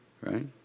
Right